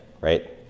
right